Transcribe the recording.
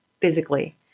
physically